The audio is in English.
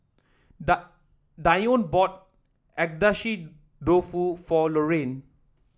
Dione bought Agedashi Dofu for Lorraine